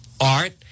art